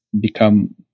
become